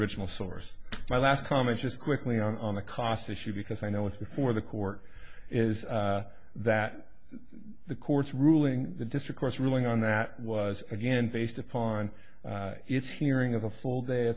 the original source my last comment just quickly on the cost issue because i know with before the court is that the court's ruling the district court's ruling on that was again based upon its hearing of a full day